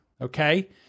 okay